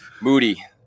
Moody